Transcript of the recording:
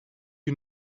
you